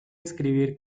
escribir